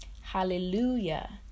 Hallelujah